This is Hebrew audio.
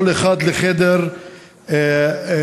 כל אחת לחדר אחר,